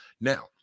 now